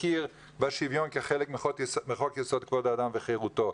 הכיר בשוויון כחלק מחוק יסוד כבוד האדם וחירותו.